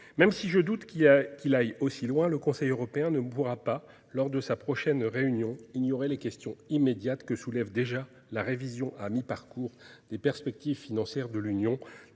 Même si je doute qu'il aille aussi loin, le Conseil européen ne pourra pas, lors de sa prochaine réunion, ignorer les questions immédiates que soulève déjà la révision à mi-parcours des perspectives financières de l'Union,